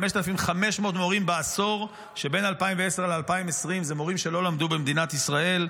5,500 מורים בעשור שבין 2010 ל-2020 הם מורים שלא למדו במדינת ישראל,